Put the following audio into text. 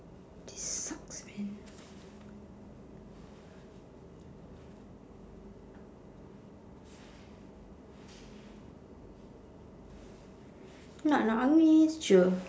this sucks man nak nangis je